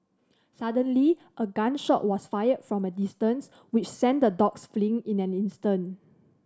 suddenly a gun shot was fired from a distance which sent the dogs fleeing in an instant